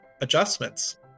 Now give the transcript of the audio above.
adjustments